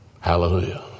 Hallelujah